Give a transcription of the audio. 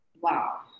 wow